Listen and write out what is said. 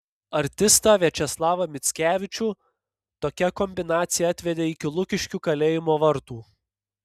artistą viačeslavą mickevičių tokia kombinacija atvedė iki lukiškių kalėjimo vartų